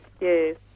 yes